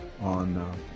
on